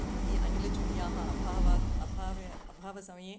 यदि अनिलचुल्ल्याः अभावात् अभावे अभावसमये